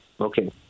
Okay